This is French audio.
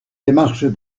démarches